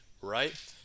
right